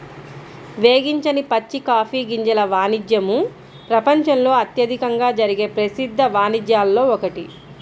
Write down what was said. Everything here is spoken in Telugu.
వేగించని పచ్చి కాఫీ గింజల వాణిజ్యము ప్రపంచంలో అత్యధికంగా జరిగే ప్రసిద్ధ వాణిజ్యాలలో ఒకటి